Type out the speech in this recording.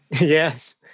Yes